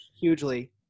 hugely